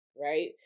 right